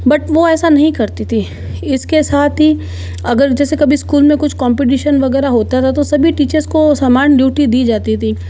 but वो ऐसा नहीं करती थी इस के साथ ही अगर जैसे कभी स्कूल में कुछ कम्पटीशन वग़ैरह होता था तो सभी टीचर्स को समान ड्यूटी दी जाती थी